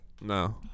No